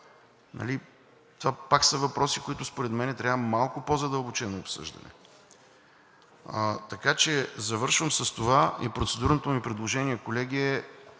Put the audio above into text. Това пак са въпроси, на които според мен им трябва малко по-задълбочено обсъждане. Така че завършвам с това и процедурното ми предложение, колеги, е,